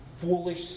foolish